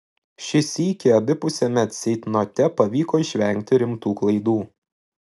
šį sykį abipusiame ceitnote pavyko išvengti rimtų klaidų